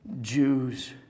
Jews